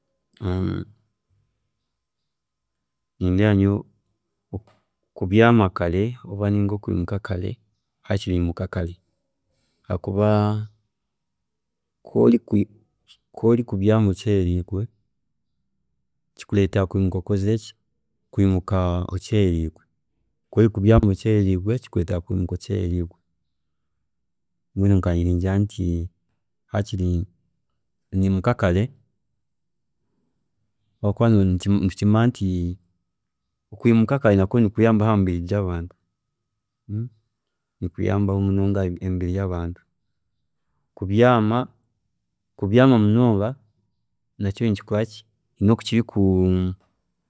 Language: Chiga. nindeeba nyowe ku- kubyaama kare ninga kwiimuka kare hakiri nyimuka kare habwokuba ku ori kubyaama okyereriirwe kikureetera kwomuka okozire ki, kwimuka okyeereriirwe kwori kubyaama okyeereriirwe kikureetera kwimuka okyeereriirwe so nyowe nkanye ningira nti hakiri nyimuka kare hakuba nitukimanya nti kwimuka kare nakyo nikiyambaho aha mibiri yabantu nikuyambaho munonga aha mibiri yabantu, kubyaama kybyaama munonga nakyo hiine nkoku kiri ku